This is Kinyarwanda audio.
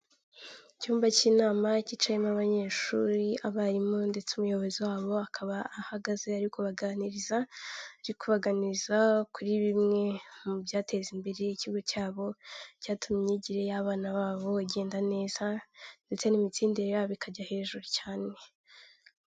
Icyumba k'inama kicayemo abanyeshuri, abarimu ndetse umuyobozi wabo akaba ahagaze ariko kubaganiriza ari kubaganiza kuri bimwe mu byateza imbere ikigo cyabo. Icyatuma imyigire y'abana babo igenda neza ndetse n'imitsindire yabo ikajya hejuru cyane.